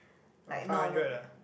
like normal pay